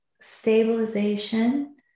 stabilization